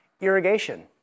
irrigation